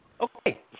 Okay